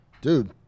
dude